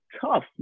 tough